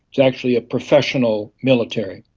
it's actually a professional military.